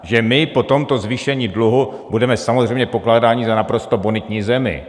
Že my po tomto zvýšení dluhu budeme samozřejmě pokládáni za naprosto bonitní zemi.